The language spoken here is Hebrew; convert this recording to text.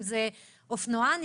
אופנוען,